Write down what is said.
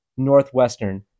northwestern